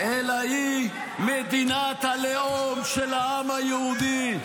-- אלא היא מדינת הלאום של העם היהודי.